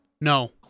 No